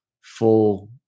full